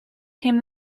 came